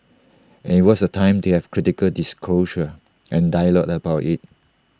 and IT was the time to have critical discourse and dialogue about IT